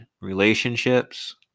relationships